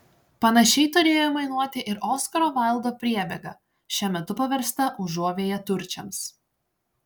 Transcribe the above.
panašiai turėjo aimanuoti ir oskaro vaildo priebėga šiuo metu paversta užuovėja turčiams